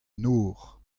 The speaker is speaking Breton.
nor